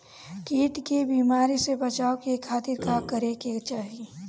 कीट के बीमारी से बचाव के खातिर का करे के चाही?